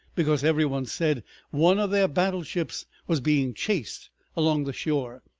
because every one said one of their battleships was being chased along the shore.